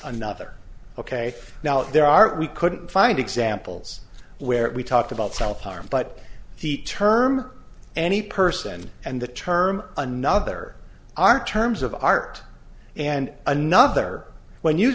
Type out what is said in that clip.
another ok now there are we couldn't find examples where we talked about self harm but the term any person and the term another are terms of art and another when you